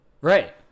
Right